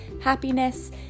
happiness